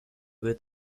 with